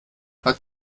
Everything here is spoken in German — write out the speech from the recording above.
hat